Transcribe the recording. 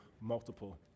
multiple